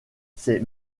ces